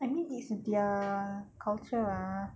I mean is their culture ah